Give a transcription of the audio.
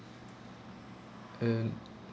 um